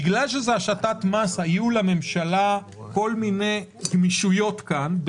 בגלל שזה השתת מס היו לממשלה כל מיני גמישויות כאן,